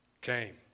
came